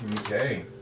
Okay